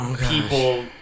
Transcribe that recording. people